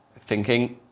thinking.